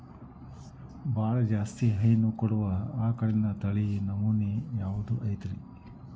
ಬಹಳ ಜಾಸ್ತಿ ಹೈನು ಕೊಡುವ ಆಕಳಿನ ತಳಿ ನಮೂನೆ ಯಾವ್ದ ಐತ್ರಿ?